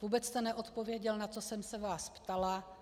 Vůbec jste neodpověděl, na co jsem se vás ptala.